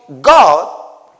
God